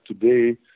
today